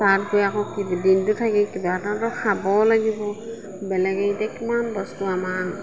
তাত গৈ আকৌ দিনটো থাকি কিবা এটাতো খাবও লাগিব বেলেগে এতিয়া কিমান বস্তু আমাৰ